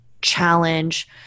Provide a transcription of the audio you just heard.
challenge